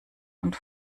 und